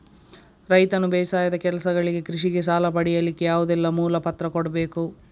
ರೈತನು ಬೇಸಾಯದ ಕೆಲಸಗಳಿಗೆ, ಕೃಷಿಗೆ ಸಾಲ ಪಡಿಲಿಕ್ಕೆ ಯಾವುದೆಲ್ಲ ಮೂಲ ಪತ್ರ ಕೊಡ್ಬೇಕು?